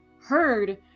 heard